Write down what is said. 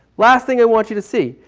last thing i want you to see.